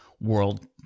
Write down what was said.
world